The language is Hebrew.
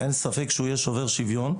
אין ספק שהוא יהיה שובר שוויון,